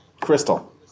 Crystal